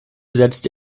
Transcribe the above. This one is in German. setzte